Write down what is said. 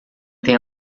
tem